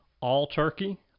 all-turkey